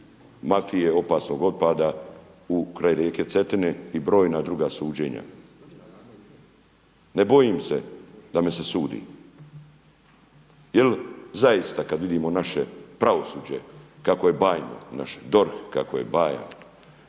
mafije opasnog otpada kraj rijeke Cetine i brojna druga suđenja. Ne bojim se da me se sudi jer zaista kada vidimo naše pravosuđe kako je bajno, naš DORH kako je bajan,